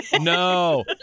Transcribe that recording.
no